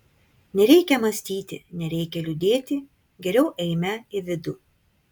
nereikia mąstyti nereikia liūdėti geriau eime į vidų